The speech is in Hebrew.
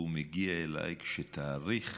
והוא מגיע אליי כשתאריך